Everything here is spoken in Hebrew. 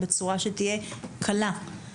בצורה שתהיה קלה,